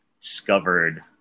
discovered